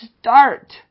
start